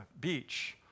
beach